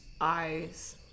eyes